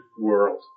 world